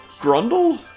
grundle